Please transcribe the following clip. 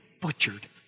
butchered